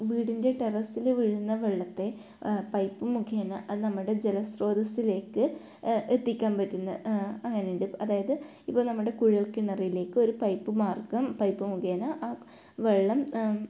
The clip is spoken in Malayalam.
വീടിൻ്റെ ടെറസ്സിൽ വീഴുന്ന വെള്ളത്തെ പൈപ്പ് മുഖേന അത് നമ്മുടെ ജലസ്രോതസ്സിലേക്ക് എത്തിക്കാൻ പറ്റുന്ന അങ്ങനെയുണ്ട് അതായത് ഇപ്പം നമ്മുടെ കുഴൽക്കിണറിലേക്ക് ഒരു പൈപ്പ് മാർഗ്ഗം പൈപ്പ് മുഖേന ആ വെള്ളം